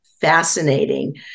fascinating